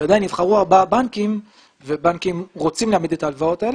עדיין נבחרו ארבעה בנקים והבנקים רוצים להעמיד את ההלוואות האלה.